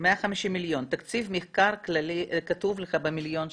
150 מיליון תקציב מחקר כללי, כתוב במיליון שקלים.